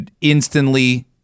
instantly